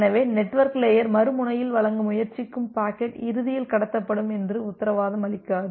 எனவே network layer மறுமுனையில் வழங்க முயற்சிக்கும் பாக்கெட் இறுதியில் கடத்தப்படும் என்று உத்தரவாதம் அளிக்காது